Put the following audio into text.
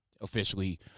officially